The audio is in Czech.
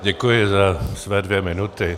Děkuji za své dvě minuty.